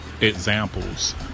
examples